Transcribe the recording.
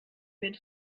wird